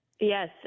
Yes